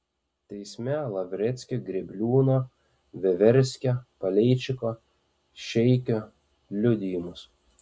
teisme lavreckio grėbliūno veverskio paleičiko šeikio liudijimus